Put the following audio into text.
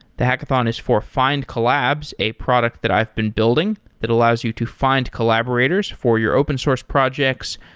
the hackathon is for find collabs, a product that i've been building that allows you to find collaborators for your open-source projects,